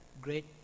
great